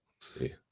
see